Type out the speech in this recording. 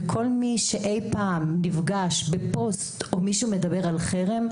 כל מי שאי פעם נפגש בפוסט או מי שמדבר על חרם,